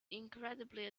incredibly